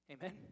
Amen